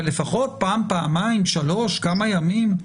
אבל לפחות פעם, פעמיים, שלוש, כמה ימים,